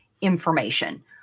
information